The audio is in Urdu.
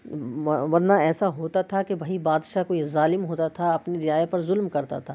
ورنہ ایسا ہوتا تھا کہ بھئی بادشاہ کوئی ظالم ہوتا تھا اپنی رعایا پر ظلم کرتا تھا